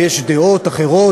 ויש דעות אחרות.